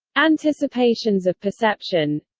anticipations of perception